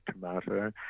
tomato